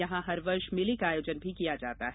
यहां हर वर्ष मेले का आयोजन भी किया जाता है